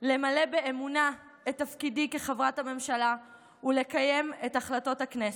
למלא באמונה את תפקידי כחברת הממשלה ולקיים את החלטות הכנסת.